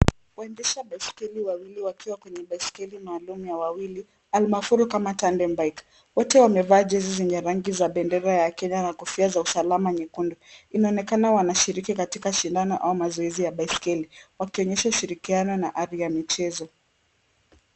Waendesha baiskeli wawili wakiwa kwenye baiskeli maalum ya wawili almarufu kama (cs) tantan bike (cs). Wote wamevaa jezi zenye rangi za bendera ya Kenya na kofia za usalama nyekundu. Inaonekana wanashiriki katika shindano ama mazoezi ya baiskeli wakionyesha ushirikiano na ari ya michezo.